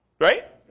Right